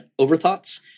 Overthoughts